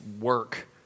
work